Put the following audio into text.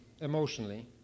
emotionally